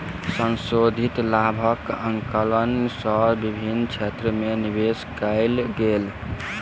संशोधित लाभक आंकलन सँ विभिन्न क्षेत्र में निवेश कयल गेल